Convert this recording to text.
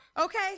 Okay